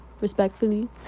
respectfully